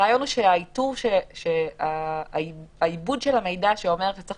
הרעיון הוא שהעיבוד של המידע שאומר שצריך